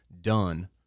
done